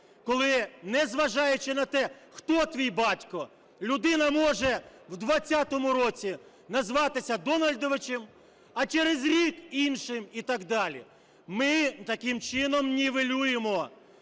коли, незважаючи на те, хто твій батько, людина може в 20-му році назватися Дональдовичем, а через рік іншим і так далі? Ми таким чином нівелюємо